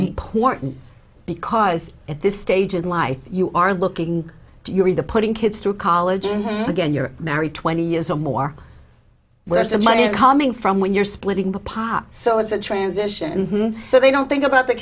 important because at this stage in life you are looking during the putting kids through college and again you're married twenty years or more where's the money coming from when you're splitting the pot so it's a transition so they don't think about the